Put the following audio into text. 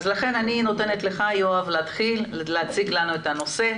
לכן אני נותנת לך יואב להתחיל ולהציג לנו את הנושא.